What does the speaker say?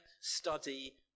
study